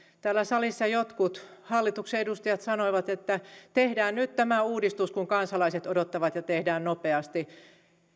täällä salissa jotkut hallituksen edustajat sanoivat että tehdään nyt tämä uudistus kun kansalaiset odottavat ja tehdään nopeasti